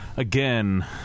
again